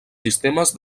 sistemes